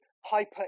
hyper